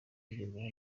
bigerwaho